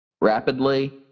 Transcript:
rapidly